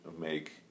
make